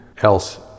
else